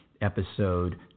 episode